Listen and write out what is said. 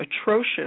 atrocious